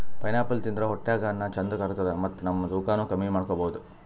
pineapple ತಿಂದ್ರ್ ಹೊಟ್ಟ್ಯಾಗ್ ಅನ್ನಾ ಚಂದ್ ಕರ್ಗತದ್ ಮತ್ತ್ ನಮ್ ತೂಕಾನೂ ಕಮ್ಮಿ ಮಾಡ್ಕೊಬಹುದ್